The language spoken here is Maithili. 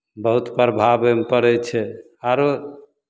बहुत प्रभाव एहिमे पड़ै छै आरो